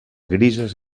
grises